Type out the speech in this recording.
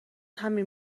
همین